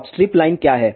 अब strip line क्या है